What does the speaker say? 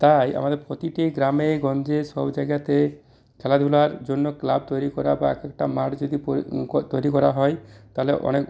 তাই আমাদের প্রতিটি গ্রামে গঞ্জে সব জায়গাতে খেলাধুলার জন্য ক্লাব তৈরি করা বা এক একটা মাঠ যদি তৈরি করা হয় তাহলে অনেক